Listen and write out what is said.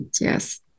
Yes